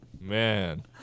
man